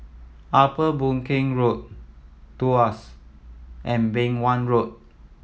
Upper Boon Keng Road Tuas and Beng Wan Road